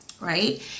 right